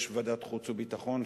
יש ועדת חוץ וביטחון,